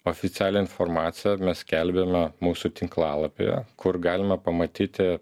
oficialią informaciją mes skelbiame mūsų tinklalapyje kur galima pamatyti